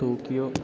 Tokyo